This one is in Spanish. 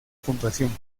puntuación